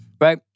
Right